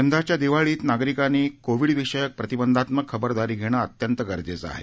यंदाच्या दिवाळीत नागरिकांनी कोविड विषयक प्रतिबंधात्मक खबरदारी घेणं अत्यंत गरजेचं आहे